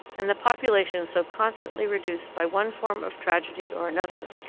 and the population so constantly reduced by one form of tragedy or another,